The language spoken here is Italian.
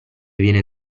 viene